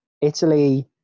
Italy